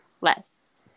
less